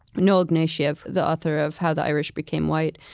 noel ignatiev, the author of how the irish became white.